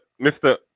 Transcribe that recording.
Mr